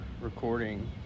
recording